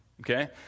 Okay